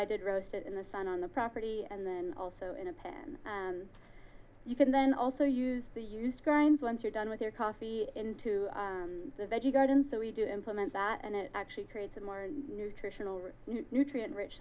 i did roast it in the sun on the property and then also in a pan you can then also use the used grind once you're done with your coffee into the vegie garden so we do implement that and it actually creates a more nutritional nutrient rich